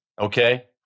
Okay